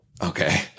Okay